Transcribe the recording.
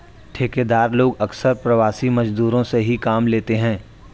ठेकेदार लोग अक्सर प्रवासी मजदूरों से ही काम लेते हैं